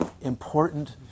important